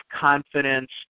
confidence